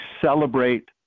celebrate